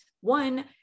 one